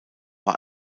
war